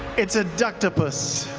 it's a ducktopus.